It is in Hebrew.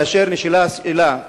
כאשר נשאלה השאלה,